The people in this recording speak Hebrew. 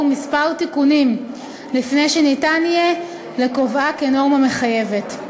כמה תיקונים לפני שניתן יהיה לקובעה כנורמה מחייבת,